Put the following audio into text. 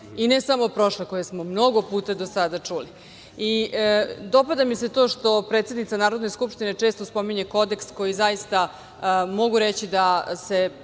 i ne samo prošle, koje smo mnogo puta do sada čuli. Dopada mi se to što predsednica Narodne skupštine često spominje kodeks koji zaista, mogu reći da se